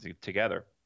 together